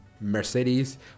mercedes